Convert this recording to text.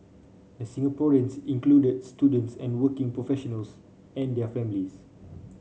the Singaporeans included students and working professionals and their families